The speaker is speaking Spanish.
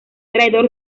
traidor